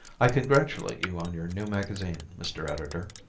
i congratulate you on your new magazine, mr. editor